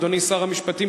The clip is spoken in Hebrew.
אדוני שר המשפטים,